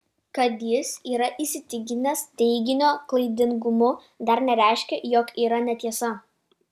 kad jis yra įsitikinęs teiginio klaidingumu dar nereiškia jog yra netiesa